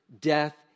death